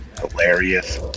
Hilarious